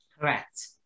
Correct